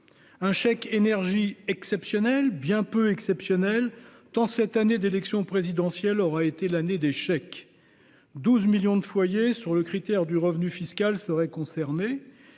un chèque énergie exceptionnel, bien peu exceptionnel, tant cette année d'élection présidentielle aura été l'année des chèques. Ainsi, 12 millions de foyers, sur le critère du revenu fiscal, seraient concernés.